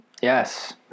Yes